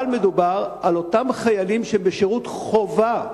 אבל מדובר על אותם חיילים בשירות חובה,